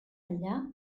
enllà